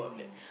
when ah